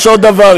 יש עוד דבר,